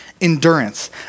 endurance